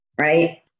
right